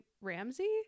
Ramsey